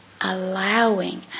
allowing